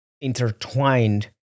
intertwined